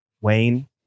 Wayne